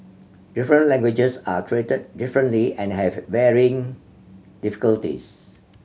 different languages are created differently and have varying difficulties